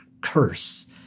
curse